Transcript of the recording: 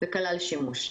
וקלה לשימוש.